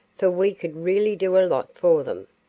for we could really do a lot for them.